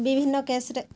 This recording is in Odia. ବିଭିନ୍ନ କେସ୍ରେ